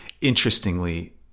interestingly